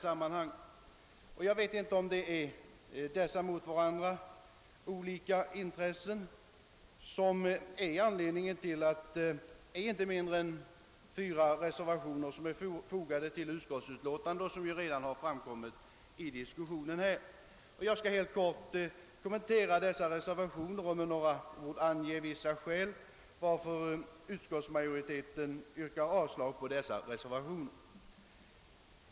Jag vet inte om det är dessa olika intressen som är anledningen till att inte mindre än fyra reservationer är fogade till utskottsutlåtandet. Jag skall helt kort kommentera dessa reservationer och ange vissa skäl till att utskottsmajoriteten yrkar avslag på reservationerna.